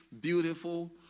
beautiful